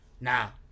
Now